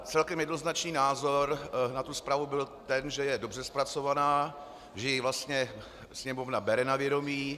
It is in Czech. Celkem jednoznačný názor na tu zprávu byl, že je dobře zpracovaná, že ji vlastně Sněmovna bere na vědomí.